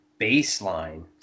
baseline